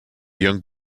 young